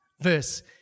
verse